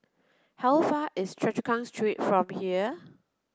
how far is Choa Chu Kang Street from here